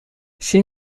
she